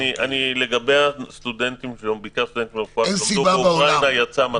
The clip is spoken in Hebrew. זוכר --- לגבי הסטודנטים --- אין סיבה בעולם,